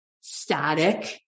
static